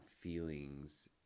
feelings